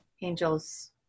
angels